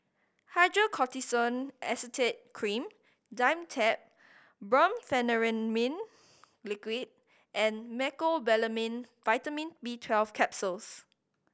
Hydrocortisone Acetate Cream Dimetapp Brompheniramine Liquid and Mecobalamin Vitamin B Twelve Capsules